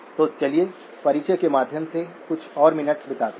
तो चलिए परिचय के माध्यम से कुछ और मिनट बिताते हैं